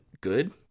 good